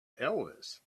elvis